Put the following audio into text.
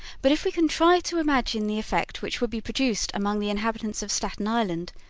but if we can try to imagine the effect which would be produced among the inhabitants of staten island,